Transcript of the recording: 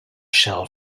shell